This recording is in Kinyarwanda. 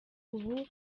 ubu